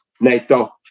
NATO